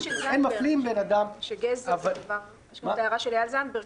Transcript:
שאין מפלים בין אדם --- יש את ההערה של אייל זנדברג,